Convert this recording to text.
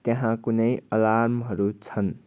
त्यहाँ कुनै अलार्महरू छन्